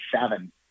seven